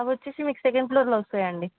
అవి వచ్చి మీకు సెకండ్ ఫ్లోర్లో వస్తాయండి